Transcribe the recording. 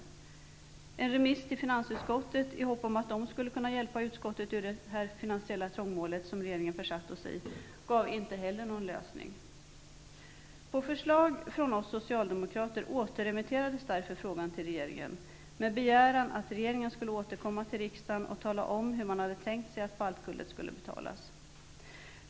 Frågan remitterades till finansutskottet i hopp om att man där kunde hjälpa oss i utskottet ur det finansiella trångmål regeringen försatt oss i. Men inte heller det gav någon lösning. På förslag av oss socialdemokrater återremitterades frågan till regeringen med en begäran att regeringen skulle återkomma till riksdagen om hur man hade tänkt sig att baltguldet skulle kompenseras.